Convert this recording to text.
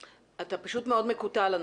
--- אתה פשוט מאוד מקוטע לנו.